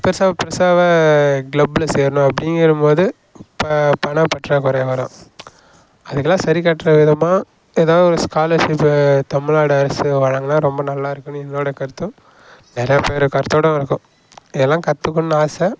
பெருசாக பெருசாக கிளப்புல சேரணும் அப்டிங்கற போது இப்போ பணப் பற்றாக்குறை வரும் அதுக்கெல்லாம் சரிகட்டுற விதமாக எதாவது ஒரு ஸ்காலர்ஷிப் தமிழ்நாடு அரசு வழங்கினா ரொம்ப நல்லாயிருக்கும் எங்களோட கருத்தும் நிறைய பேர் கருத்தோட இருக்கும் எல்லாம் கத்துக்கணும்னு ஆசை